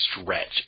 stretch